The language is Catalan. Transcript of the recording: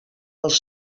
els